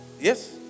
Yes